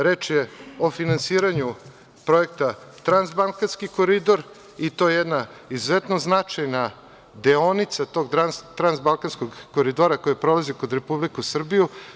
Reč je o finansiranju projekta Transbalkanski koridor i to je jedna izuzetno značajna deonica tog Transbalkanskog koridora koji prolazi kroz Republiku Srbiju.